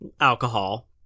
alcohol